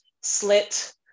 slit